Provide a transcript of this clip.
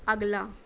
ਅਗਲਾ